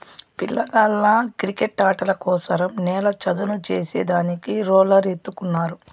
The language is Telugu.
పిల్లగాళ్ళ కిరికెట్టాటల కోసరం నేల చదును చేసే దానికి రోలర్ ఎత్తుకున్నారు